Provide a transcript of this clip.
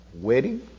wedding